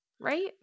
right